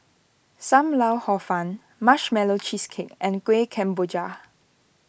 Sam Lau Hor Fun Marshmallow Cheesecake and Kueh Kemboja